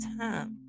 time